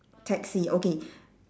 taxi okay